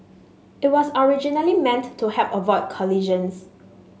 it was originally meant to help avoid collisions